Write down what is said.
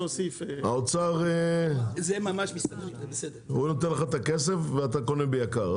האוצר הוא נותן לך את הכסף ואתה קונה ביקר.